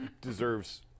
deserves